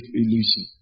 illusion